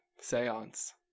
seance